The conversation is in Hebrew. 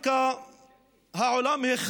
מי שרוצה לבנות בונה, ולא